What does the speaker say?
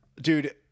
dude